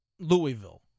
Louisville